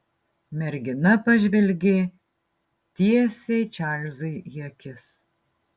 mergina pažvelgė tiesiai čarlzui į akis